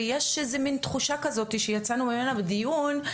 ויש איזו מין תחושה כזו שיצאנו ממנה מהדיון,